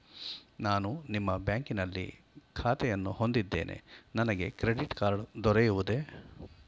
ನಾನು ನಿಮ್ಮ ಬ್ಯಾಂಕಿನಲ್ಲಿ ಖಾತೆಯನ್ನು ಹೊಂದಿದ್ದೇನೆ ನನಗೆ ಕ್ರೆಡಿಟ್ ಕಾರ್ಡ್ ದೊರೆಯುವುದೇ?